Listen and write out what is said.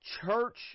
church